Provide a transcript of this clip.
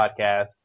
podcast